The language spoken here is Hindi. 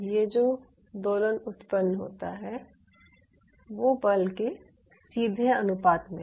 ये जो दोलन उत्पन्न होता है वो बल के सीधे अनुपात में है